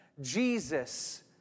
Jesus